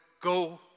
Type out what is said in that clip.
go